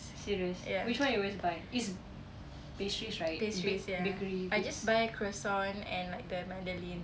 serious which one you always buy is pastries right bake~ bakery bakes